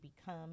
become